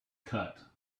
cut